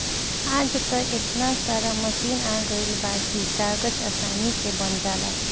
आज त एतना सारा मशीन आ गइल बा की कागज आसानी से बन जाला